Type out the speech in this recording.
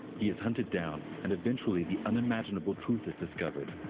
he is hunted down, and eventually, the unimaginable truth is discovered